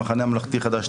המחנה הממלכתי חדש,